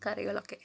കറികളൊക്കെ